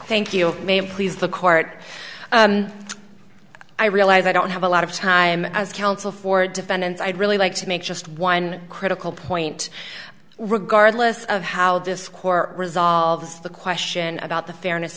thank you may please the court i realize i don't have a lot of time as counsel for defendants i'd really like to make just one critical point regardless of how this core resolves the question about the fairness